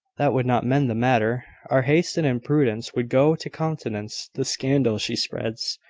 that would not mend the matter. our haste and imprudence would go to countenance the scandal she spreads.